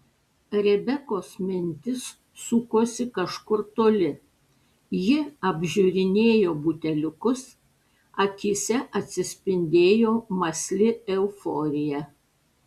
rebekos mintys sukosi kažkur toli ji apžiūrinėjo buteliukus akyse atsispindėjo mąsli euforija